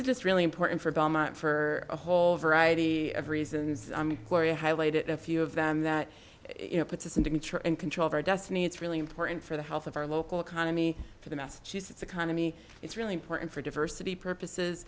is just really important for belmont for a whole variety of reasons gloria highlighted a few of them that you know puts a signature and control of our destiny it's really important for the health of our local economy for the massachusetts economy it's really important for diversity purposes